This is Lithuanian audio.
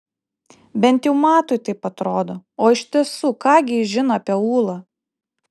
bent jau matui taip atrodo o iš tiesų ką gi jis žino apie ūlą